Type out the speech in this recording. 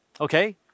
Okay